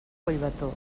collbató